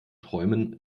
träumen